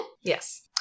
Yes